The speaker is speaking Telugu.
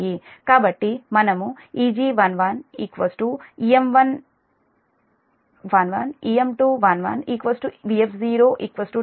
కాబట్టి మనము Eg11 Em111 Em211 Vf0 1011 0